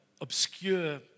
obscure